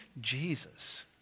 Jesus